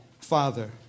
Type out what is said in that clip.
father